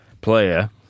player